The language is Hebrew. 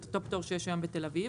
את אותו פטור שיש היום בתל אביב,